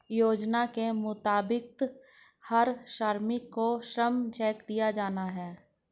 योजना के मुताबिक हर श्रमिक को श्रम चेक दिया जाना हैं